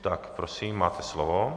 Tak prosím, máte slovo.